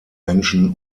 menschen